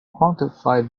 quantify